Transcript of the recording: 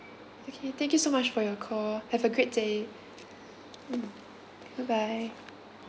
okay thank you so much for your call have a great day mm bye bye